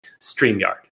StreamYard